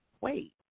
wait